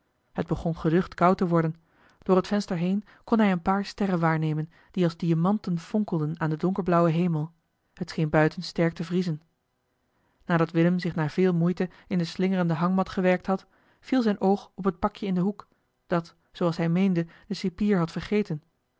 het begon geducht koud te worden door het venster kon hij een paar sterren waarnemen die als diamanten fonkelden aan den donkerblauwen hemel het scheen buiten sterk te vriezen nadat willem zich na veel moeite in de slingerende hangmat gewerkt had viel zijn oog op het pakje in den hoek dat zooals hij meende de cipier had vergeten